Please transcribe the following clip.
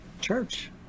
church